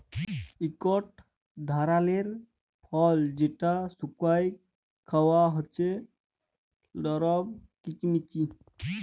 ইকট ধারালের ফল যেট শুকাঁয় খাউয়া হছে লরম কিচমিচ